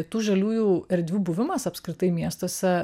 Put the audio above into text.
tų žaliųjų erdvių buvimas apskritai miestuose